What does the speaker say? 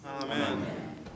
Amen